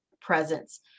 presence